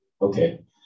Okay